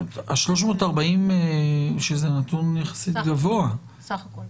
ו-346, שזה נתון יחסית גבוה --- סך הכול.